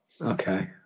Okay